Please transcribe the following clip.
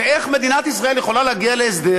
ואיך מדינת ישראל יכולה להגיע להסדר